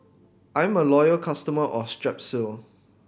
I'm a loyal customer of Strepsils